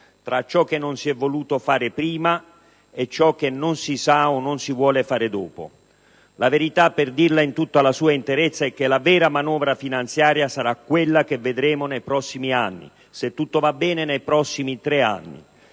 tra ciò che non si è voluto fare prima e ciò che non si sa o non si vuole fare dopo. La verità, per dirla in tutta la sua interezza, è che la vera manovra finanziaria sarà quella che vedremo nei prossimi anni (se tutto va bene, nei prossimi tre).